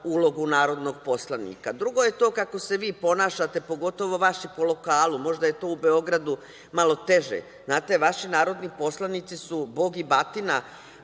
ulogu narodnog poslanika. Drugo je to kako se vi ponašate, pogotovo vaši po lokalu, možda je to u Beogradu malo teže. Znate, vaši narodni poslanici su Bog i batina